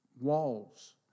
walls